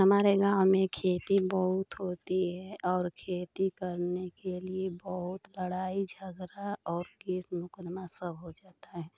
हमारे गाँव में खेती बहुत होती है और खेती करने के लिए बहुत लड़ाई झगड़ा और केस मुकदमा सब हो जाता है